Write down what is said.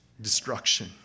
Destruction